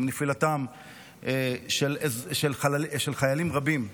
עם נפילתם של חיילים רבים,